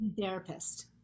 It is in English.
Therapist